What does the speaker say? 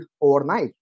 overnight